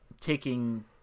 taking